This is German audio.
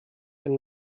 ein